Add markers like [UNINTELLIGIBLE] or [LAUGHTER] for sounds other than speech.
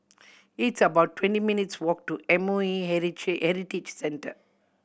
it's about twenty minutes' walk to M O E [UNINTELLIGIBLE] Heritage Center